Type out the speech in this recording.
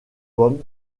pomme